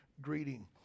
greeting